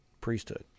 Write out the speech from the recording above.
priesthood